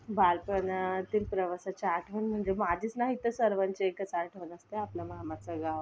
बालपणातील प्रवासाच्या आठवण म्हणजे माझीच नाही तर सर्वांची एकच आठवण असते आपल्या मामाचं गाव